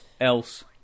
else